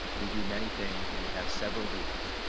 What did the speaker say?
we do many things. we have several duties.